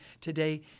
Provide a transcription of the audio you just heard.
today